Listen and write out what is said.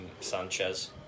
Sanchez